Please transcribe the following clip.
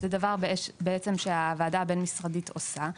זה גם משהו שהוועדה הבין משרדית עושה.